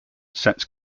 sets